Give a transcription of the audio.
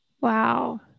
Wow